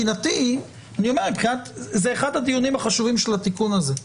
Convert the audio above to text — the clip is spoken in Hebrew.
זה אחד הדיונים החשובים של התיקון הזה.